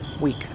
week